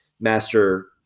master